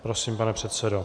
Prosím, pane předsedo.